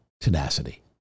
tenacity